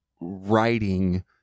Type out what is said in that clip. writing